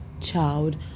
child